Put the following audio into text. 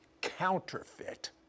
counterfeit